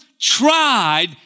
tried